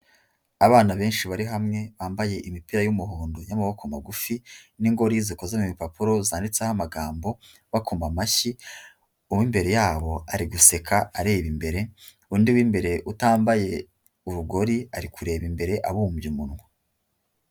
Abana benshi bari hamwe bambaye imipira y'umuhondo y'amaboko magufi n'ingori zikoze mu bipapuro zanditseho amagambo bakoma amashyi, uw'imbere yabo ari guseka areba imbere undi w'imbere utambaye urugori ari kureba imbere abumbye umunwa.